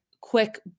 quick